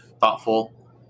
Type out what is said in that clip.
thoughtful